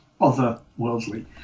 otherworldly